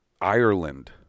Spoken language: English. Ireland